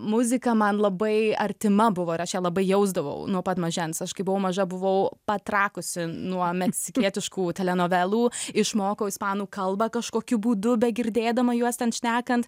muzika man labai artima buvo ir aš ją labai jausdavau nuo pat mažens aš kai buvau maža buvau patrakusi nuo meksikietiškų telenovelų išmokau ispanų kalbą kažkokiu būdu begirdėdama juos ten šnekant